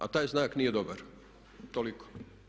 A taj znak nije dobar, toliko.